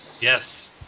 Yes